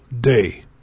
day